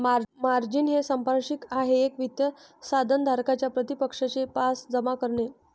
margin हे सांपार्श्विक आहे एक वित्त साधन धारकाच्या प्रतिपक्षाचे पास जमा करणे